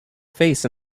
face